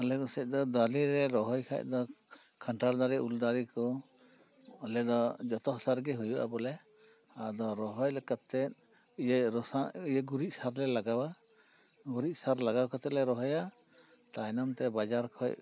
ᱟᱞᱮ ᱥᱮᱡ ᱫᱚ ᱫᱟᱨᱮ ᱞᱮ ᱨᱚᱦᱚᱭ ᱠᱷᱟᱡ ᱫᱚ ᱠᱷᱟᱱᱴᱟᱲ ᱫᱟᱨᱮ ᱩᱞ ᱫᱟᱨᱮ ᱠᱚ ᱟᱞᱮ ᱫᱚ ᱡᱚᱛᱚ ᱦᱟᱥᱟ ᱨᱮᱜᱮ ᱦᱩᱭᱩᱜᱼᱟ ᱵᱚᱞᱮ ᱟᱫᱚ ᱨᱚᱦᱚᱭ ᱞᱮᱠᱟᱛᱮ ᱤᱭᱟᱹ ᱨᱚᱥ ᱤᱭᱟᱹ ᱜᱩᱨᱤᱡ ᱥᱟᱶ ᱛᱮᱞᱮ ᱞᱟᱜᱟᱣᱟ ᱜᱩᱨᱤᱡ ᱥᱟᱨ ᱞᱟᱜᱟᱣ ᱠᱟᱛᱮ ᱞᱮ ᱨᱚᱦᱚᱭᱟ ᱛᱟᱭᱱᱚᱢ ᱛᱮ ᱵᱟᱡᱟᱨ ᱠᱷᱚᱡ